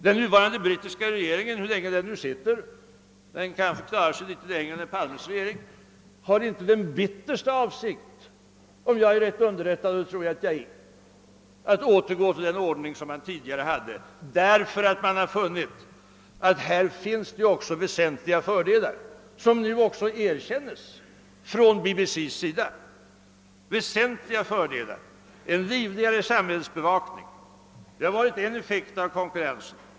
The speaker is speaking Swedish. Den nuvarande brittiska re geringen — hur länge den nu sitter, men den kanske klarar sig litet längre än den herr Palme tillhör — har inte den bittersta avsikt, om jag är rätt underrättad, att återgå till den ordning man hade tidigare. Den nuvarande ordningen har väsentliga fördelar, vilka numera också erkänns från BBC:s sida. En livligare samhällsbevakning är en effekt av konkurrensen.